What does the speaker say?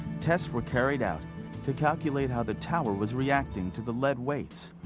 tests were carried out to calculate how the tower was reacting to the lead weights.